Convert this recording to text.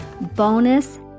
bonus